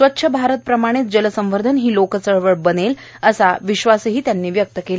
स्वच्छ भारत प्रमाणे जल संवर्धन ही लोकचळवळ बनेल असा विश्वास त्यांनी व्यक्त केला